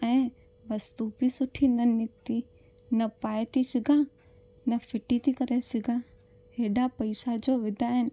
ऐं वस्तु बि सुठी न निकिती न पाए थी सघा न फिटी थी करे सघा हेॾा पैसा जो विदा आहिनि